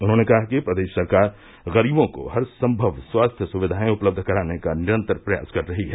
उन्होंने कहा कि प्रदेश सरकार गरीबों को हर सम्भव स्वास्थ्य स्विधायें उपलब्ध कराने का निरन्तर प्रयास कर रही है